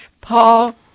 Paul